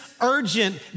urgent